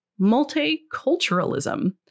multiculturalism